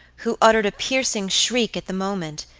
who uttered a piercing shriek at the moment,